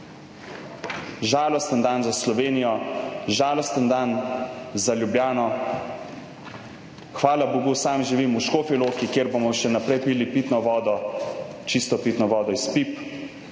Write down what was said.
Žalosten dan za Slovenijo, žalosten dan za Ljubljano. Hvala bogu, sam živim v Škofji Loki, kjer bomo še naprej pili pitno vodo, čisto pitno vodo iz pip,